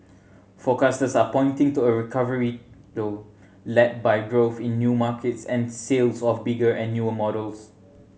forecasters are pointing to a recovery though led by growth in new markets and sales of bigger and newer models